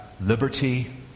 liberty